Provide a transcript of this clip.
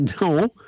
No